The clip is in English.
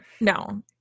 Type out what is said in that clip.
No